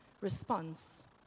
response